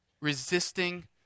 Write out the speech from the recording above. resisting